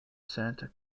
centre